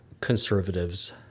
conservatives